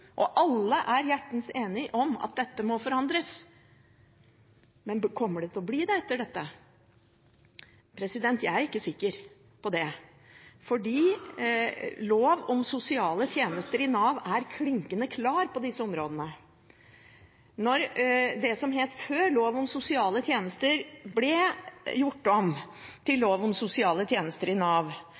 og alle er hjertens enige om at dette må forandres, men kommer det til å bli forandret etter dette? Jeg er ikke sikker på det. For lov om sosiale tjenester i Nav er klinkende klar på disse områdene. Når det som før het «lov om sosiale tjenester» ble gjort om til «lov om sosiale tjenester i Nav»,